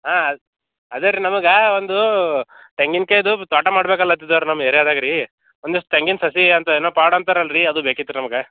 ಹಾಂ ಅದೇ ರೀ ನಮಗೆ ಒಂದು ತೆಂಗಿನ ಕಾಯಿದು ತೋಟ ಮಾಡಬೇಕ್ಲತ್ತಿದರು ನಮ್ಮ ಏರಿಯಾದಾಗೆ ರೀ ಒಂದಿಷ್ಟು ತೆಂಗಿನ ಸಸಿ ಅಂತ ಏನೋ ಪಾಡ್ ಅಂತರಲ್ಲ ರೀ ಅದು ಬೇಕಿತ್ತು ನಮಗೆ